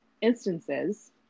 instances